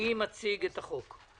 מי מציג את החוק?